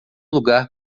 lugar